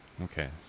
Okay